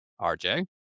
RJ